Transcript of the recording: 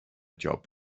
job